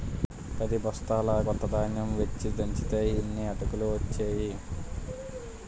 పదిబొస్తాల కొత్త ధాన్యం వేచి దంచితే యిన్ని అటుకులు ఒచ్చేయి